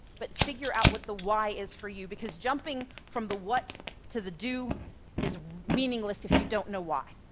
but figure out what the why is for you, because jumping from the what to the do is meaningless if you don't know why.